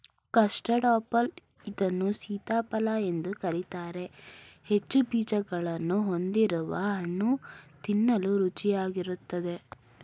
custard apple ಇದನ್ನು ಸೀತಾಫಲ ಎಂದು ಕರಿತಾರೆ ಹೆಚ್ಚು ಬೀಜಗಳನ್ನು ಹೊಂದಿರುವ ಹಣ್ಣು ತಿನ್ನಲು ರುಚಿಯಾಗಿರುತ್ತದೆ